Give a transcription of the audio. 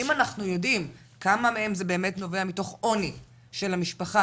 האם אנחנו יודעים אצל כמה מהם זה באמת נובע מתוך עוני של המשפחה,